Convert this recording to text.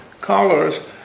colors